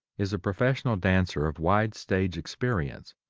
is a professional dancer of wide stage experience,